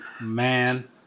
man